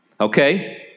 Okay